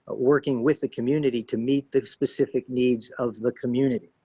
working with the community to meet the specific needs of the community.